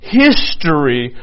history